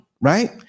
right